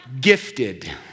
gifted